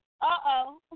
Uh-oh